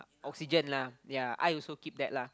oxygen lah yea I also keep that lah